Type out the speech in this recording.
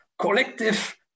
collective